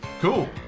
Cool